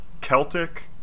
Celtic